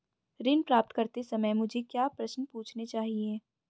ऋण प्राप्त करते समय मुझे क्या प्रश्न पूछने चाहिए?